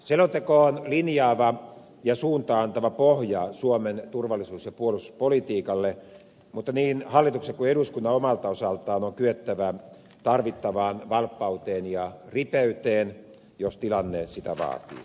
selonteko on linjaava ja suuntaa antava pohja suomen turvallisuus ja puolustuspolitiikalle mutta niin hallituksen kuin eduskunnan omalta osaltaan on kyettävä tarvittavaan valppauteen ja ripeyteen jos tilanne sitä vaatii